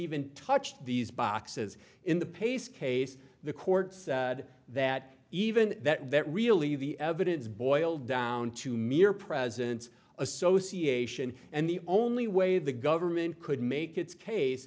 even touched these boxes in the pace case the court said that even that really the evidence boiled down to mere presence association and the only way the government could make its case